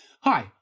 Hi